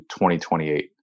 2028